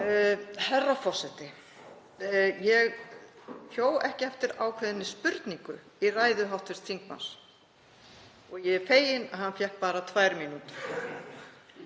Herra forseti. Ég hjó ekki eftir ákveðinni spurningu í ræðu hv. þingmanns og ég er fegin að hann fékk bara tvær mínútur.